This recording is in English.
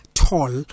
tall